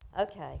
Okay